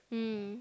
mm